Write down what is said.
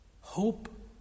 hope